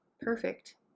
Perfect